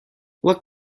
what